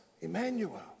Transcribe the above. Emmanuel